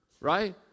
right